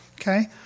Okay